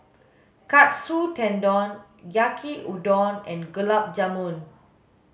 Katsu Tendon Yaki Udon and Gulab Jamun